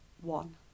one